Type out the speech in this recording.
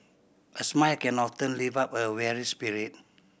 a smile can often lift up a weary spirit